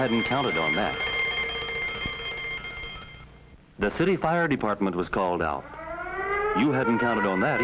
hadn't counted on that the city fire department was called out you hadn't counted on that